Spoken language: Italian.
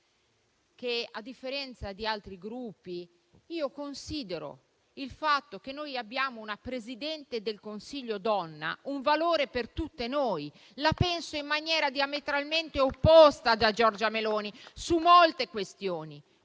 che, a differenza di altri Gruppi, considero il fatto di avere una Presidente del Consiglio donna un valore per tutte noi. La penso in maniera diametralmente opposta a Giorgia Meloni su molte questioni,